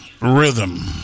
Rhythm